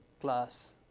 class